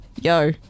yo